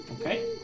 Okay